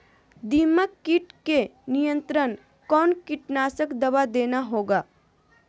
दीमक किट के नियंत्रण कौन कीटनाशक दवा देना होगा?